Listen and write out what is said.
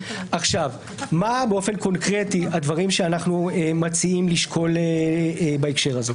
מה באופן קונקרטי הדברים שאנחנו מציעים לשקול בהקשר הזה.